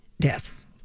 deaths